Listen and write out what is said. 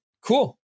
cool